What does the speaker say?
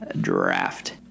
draft